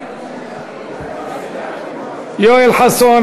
יואל חסון.